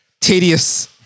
tedious